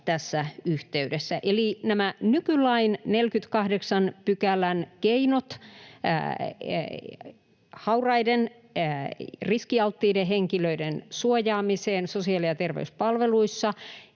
tässä yhteydessä. Eli nämä nykylain 48 §:n keinot hauraiden, riskialttiiden henkilöiden suojaamiseen sosiaali- ja terveyspalveluissa